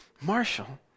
marshall